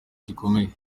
gikomeye